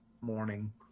morning